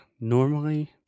normally